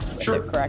Sure